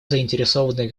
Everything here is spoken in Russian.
заинтересованные